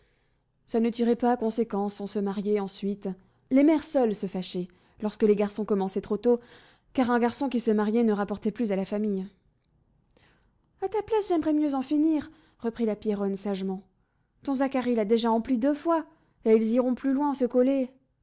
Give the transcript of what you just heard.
ça ne tirait pas à conséquence on se mariait ensuite les mères seules se fâchaient lorsque les garçons commençaient trop tôt car un garçon qui se mariait ne rapportait plus à la famille a ta place j'aimerais mieux en finir reprit la pierronne sagement ton zacharie l'a déjà emplie deux fois et ils iront plus loin se coller